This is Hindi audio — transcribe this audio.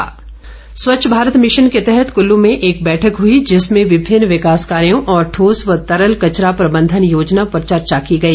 स्वच्छ भारत स्वच्छ भारत मिशन के तहत कल्लू में एक बैठक हई जिसमें विभिन्न विकास कार्यो और ठोस व तरल कचरा प्रबंधन योजना पर चर्चा की गई